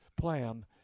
plan